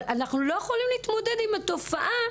אנחנו לא יכולים להתמודד עם התופעה.